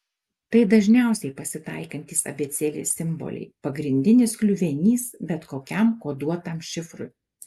tai dažniausiai pasitaikantys abėcėlės simboliai pagrindinis kliuvinys bet kokiam koduotam šifrui